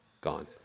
gone